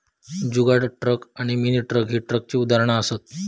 जुगाड truck आणि mini truck ही ट्रकाची उदाहरणा असत